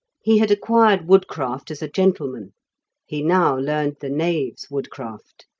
he had acquired woodcraft as a gentleman he now learned the knave's woodcraft.